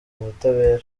ubutabera